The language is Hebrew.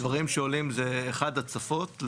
הדברים שעולים זה, אחד הצפות.